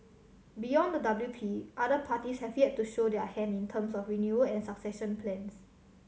beyond the W P other parties have yet to show their hand in terms of renewal and succession plans